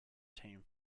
team